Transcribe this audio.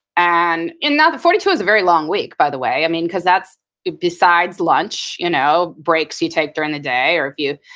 and and forty two is a very long week by the way. i mean, because that's it besides lunch, you know breaks you take during the day or if you,